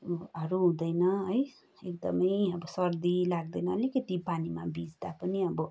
हरू हुँदैन है एकदमै सर्दी लाग्दैन अलिकति पानीमा भिज्दा पनि अब